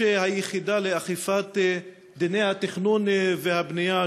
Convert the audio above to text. היחידה לאכיפת דיני התכנון והבנייה,